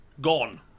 Gone